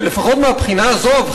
לפחות מהבחינה הזאת,